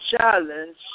challenge